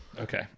Okay